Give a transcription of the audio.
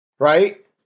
Right